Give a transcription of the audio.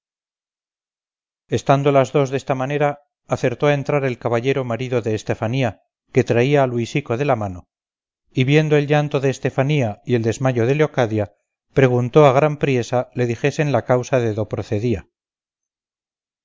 estando las dos desta manera acertó a entrar el caballero marido de estefanía que traía a luisico de la mano y viendo el llanto de estefanía y el desmayo de leocadia preguntó a gran priesa le dijesen la causa de do procedía